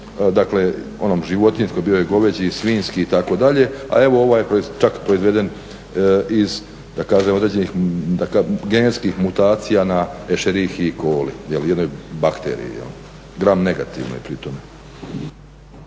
dakle, onom životinjskom, bio je goveđi i svinjski itd., a evo ovaj je čak proizvodne iz da kažem određenih genetskih mutacija na escherichia coli, jel jednoj bakteriji, gram negativnoj pri tome.